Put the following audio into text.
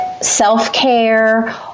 self-care